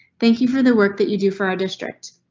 thank you for the work that you do for our district.